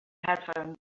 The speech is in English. headphones